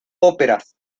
óperas